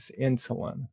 insulin